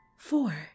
Four